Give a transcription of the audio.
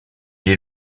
est